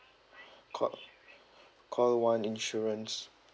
call call one insurance